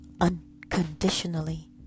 unconditionally